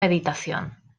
meditación